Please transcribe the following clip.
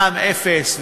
מע"מ אפס,